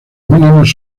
mínimos